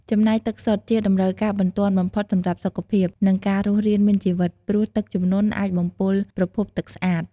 ចំណែកទឹកសុទ្ធ ជាតម្រូវការបន្ទាន់បំផុតសម្រាប់សុខភាព និងការរស់រានមានជីវិត ព្រោះទឹកជំនន់អាចបំពុលប្រភពទឹកស្អាត។